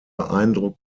beeindruckt